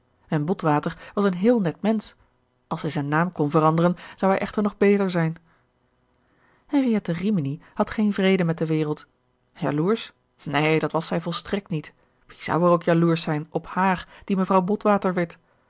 en botwater was een heel net mensch als hij zijn naam kon veranderen zou hij echter nog beter zijn henriette rimini had geen vrede met de wereld jaloersch neen dat was zij volstrekt niet wie zou er ook jaloersch zijn op haar die mevrouw botwater werd